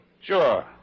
Sure